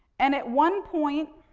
and, at one point,